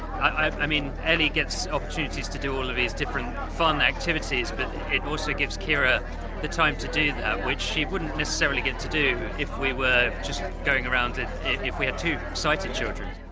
i mean ellie gets opportunities to do all of these different fun activities but it also gives keira the time to do that, which she wouldn't necessarily get to do if we were just going around if we had two sighted children.